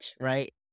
right